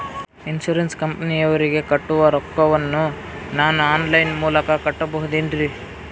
Insurance ಕಂಪನಿಯವರಿಗೆ ಕಟ್ಟುವ ರೊಕ್ಕ ವನ್ನು ನಾನು ಆನ್ ಲೈನ್ ಮೂಲಕ ಕಟ್ಟಬಹುದೇನ್ರಿ?